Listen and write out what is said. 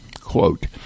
quote